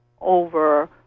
over